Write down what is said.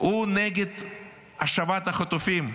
הוא נגד השבת החטופים.